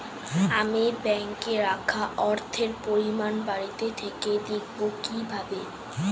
আমি ব্যাঙ্কে রাখা অর্থের পরিমাণ বাড়িতে থেকে দেখব কীভাবে?